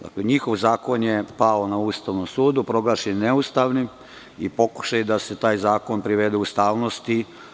Dakle, njihov zakon je pao na Ustavnom sudu, proglašen je neustavnim i pokušaj je da se taj zakon privede ustavnosti.